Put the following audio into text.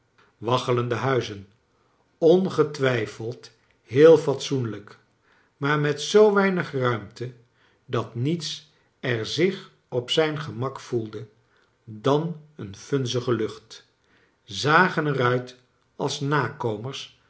waggelende huizen ongetwijfeld heel fatsoenlijk maar met zoo weinig ruimte dat niets er zich op zijn gemak voelde dan een vunzige lucht zagen er uit als nakomers